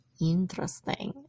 Interesting